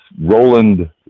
Roland